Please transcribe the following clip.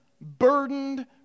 burdened